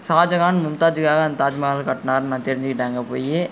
ஷாஜகான் மும்தாஜுக்காக அந்த தாஜ்மஹாலை கட்டினாருன்னு நான் தெரிஞ்சிக்கிட்டேன் அங்கே போய்